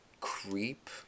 creep